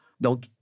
donc